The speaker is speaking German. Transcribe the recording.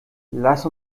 lass